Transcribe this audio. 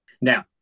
Now